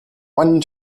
one